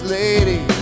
lady